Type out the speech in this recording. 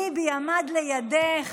ביבי עמד לידך